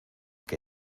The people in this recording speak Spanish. que